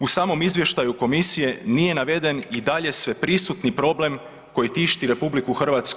U samom izvještaju Komisije nije naveden i dalje sveprisutni problem koji tišti RH.